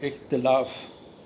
इख़्तिलाफ़ु